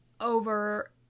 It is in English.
over